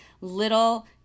little